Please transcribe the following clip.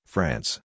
France